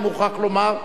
אני מוכרח לומר,